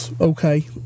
okay